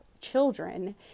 children